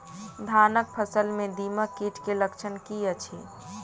धानक फसल मे दीमक कीट केँ लक्षण की अछि?